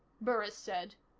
burris said.